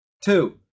Two